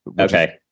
Okay